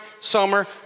summer